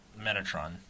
Metatron